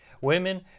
Women